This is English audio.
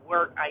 Work